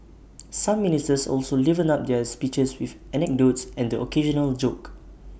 some ministers also livened up their speeches with anecdotes and the occasional joke